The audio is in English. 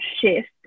shift